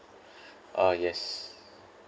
uh yes